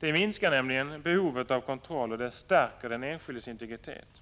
Detta minskar nämligen behovet av kontroll och stärker den enskildes integritet.